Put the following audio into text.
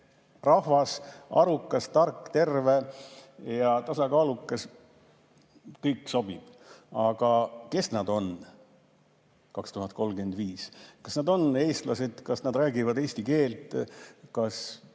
rahvas on arukas, tark, terve ja tasakaalukas. Kõik sobib. Aga kes nad on 2035. aastal? Kas nad on eestlased? Kas nad räägivad eesti keelt? Kas